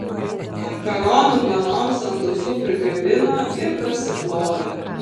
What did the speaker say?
makaronų panoms ant ausų prikabino ir pasiplovė